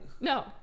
No